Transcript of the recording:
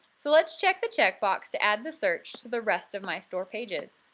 so let's check the checkbox to add the search to the rest of my store pages.